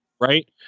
Right